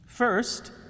First